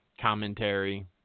commentary